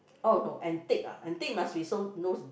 oh no antique ah antique must be